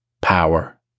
power